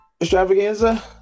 extravaganza